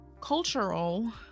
Cultural